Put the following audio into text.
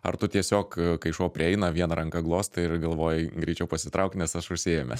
ar tu tiesiog kai šuo prieina viena ranka glostai ir galvoji greičiau pasitrauk nes aš užsiėmęs